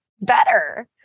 better